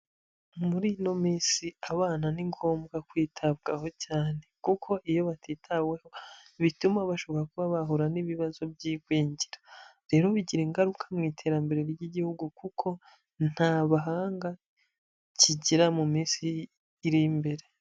Muri ino minsi abana ni ngombwa kwitabwaho cyane kuko iyo batitaweho bituma bashobora kuba bahura n'ibibazo byi'igwingira, rero bigira ingaruka mu iterambere ry'Igihugu kuko nta bahanga kigira mu minsi iri imbere.